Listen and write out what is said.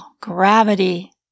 gravity